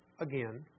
again